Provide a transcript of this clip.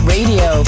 Radio